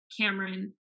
Cameron